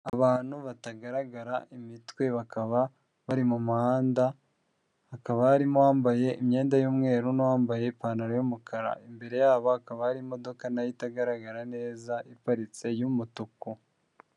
Abantu batagaragara imitwe bakaba bari mu muhanda, hakaba harimo uwambaye imyenda y'umweru n'uwambaye ipantaro y'umukara, imbere yabo akaba harimo imodoka nayo itagaragara neza iparitse y'umutuku.